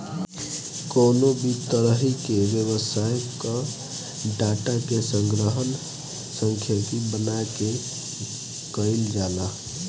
कवनो भी तरही के व्यवसाय कअ डाटा के संग्रहण सांख्यिकी बना के कईल जाला